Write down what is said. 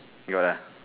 you got lah